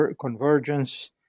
convergence